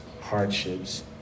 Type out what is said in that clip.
hardships